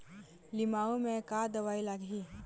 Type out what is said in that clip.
लिमाऊ मे का दवई लागिही?